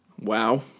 wow